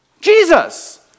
Jesus